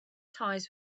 ties